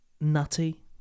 Nutty